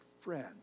friend